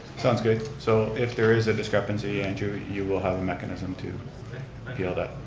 sounds good. so, if there is a discrepancy, andrew, you will have a mechanism to appeal that.